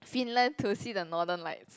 Finland to see the Northern Lights